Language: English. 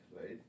right